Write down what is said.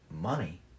money